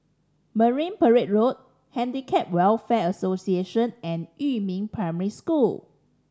Marine Parade Road Handicap Welfare Association and Yumin Primary School